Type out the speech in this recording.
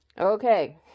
okay